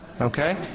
Okay